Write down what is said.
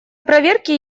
проверки